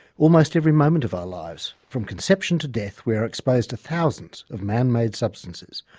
almost every moment of our lives, from conception to death, we are exposed to thousands of man-made substances,